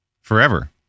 forever